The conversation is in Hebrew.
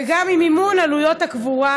וגם עם מימון עלויות הקבורה,